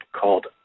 called